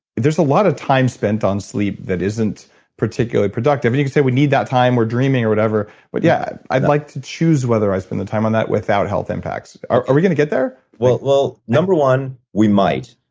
there's a lot of time spent on sleep that isn't particularly productive. and you could say, we need that time. we're dreaming, or whatever. but yeah, i'd like to choose whether i spend the time on that without health impacts. are we going to get there? well, number one, we might.